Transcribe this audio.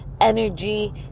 energy